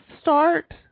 start